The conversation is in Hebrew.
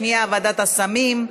והשנייה היא הוועדה למאבק בנגע הסמים.